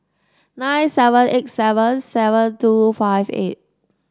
nine seven eight seven seven two five eight